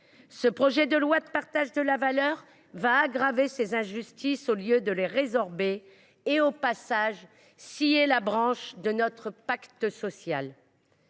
Ce projet de loi de partage de la valeur aggravera les injustices au lieu de les résorber. Au passage, il sciera la branche de notre pacte social.